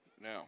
Now